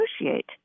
negotiate